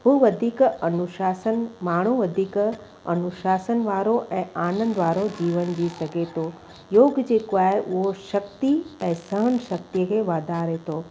उहो वधीक अनुशासन माण्हू वधीक अनुशासन आनंद वारो ऐं आनंद वारो जीवन जी सघे थो योग जेको आहे उहो शक्ति ऐं सहन शक्ति खे वाधारे थो